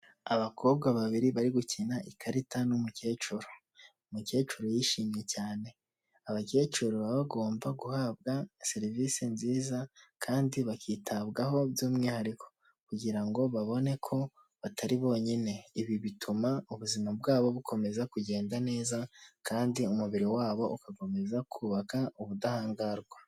Abakobwa babiri bari gukina ikarita n'umukecuru, umukecuru yishimye cyane, abakecuru baba bagomba guhabwa serivise nziza kandi bakitabwaho by'umwihariko kugira ngo babone ko batari bonyine, ibi bituma ubuzima bwabo bukomeza kugenda neza kandi umubiri wabo ugakomeza kubaka ubudahangarwa.